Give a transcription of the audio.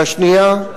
והשנייה,